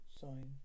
sign